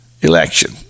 election